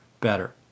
better